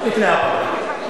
לפני הפגרה.